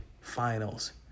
finals